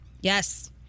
Yes